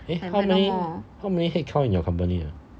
eh how many how many headcount in your company ah